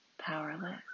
powerless